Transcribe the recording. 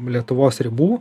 lietuvos ribų